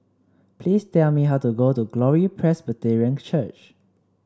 please tell me how to go to Glory Presbyterian Church